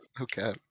okay